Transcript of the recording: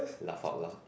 laugh out loud